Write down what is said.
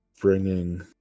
Bringing